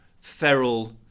feral